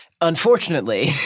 Unfortunately